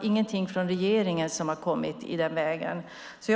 ingenting i den vägen som har kommit från regeringen.